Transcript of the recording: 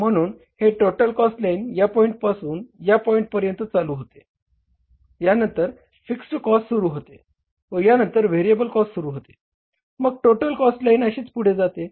म्हणून हे total cost line या पॉईंटपासून या पॉईंट पर्यंत चालू होते यानंतर फिक्स्ड कॉस्ट सुरु होते व यानंतर व्हेरिएबल कॉस्ट सुरु होते मग टोटल कॉस्ट लाईन अशीच पुढे जाते